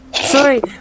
Sorry